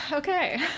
Okay